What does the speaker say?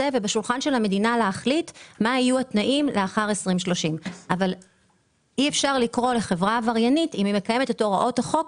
בשולחן הזה ובשולחן של המדינה להחליט מה יהיו התנאים לאחר 2030. אי אפשר לקרוא לחברה עבריינית אם היא מקיימת את הוראות החוק.